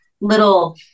little